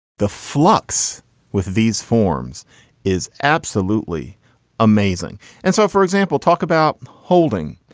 the flux with these forms is absolutely amazing and so, for example, talk about holding.